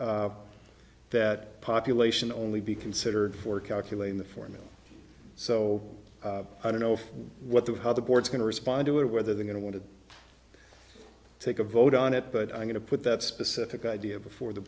that population only be considered for calculating the formula so i don't know what the other boards going to respond to or whether they're going to want to take a vote on it but i'm going to put that specific idea before the